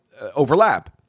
overlap